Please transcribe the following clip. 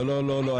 לא, לא, לא.